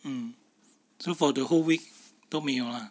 mm so for the whole week 都没有 lah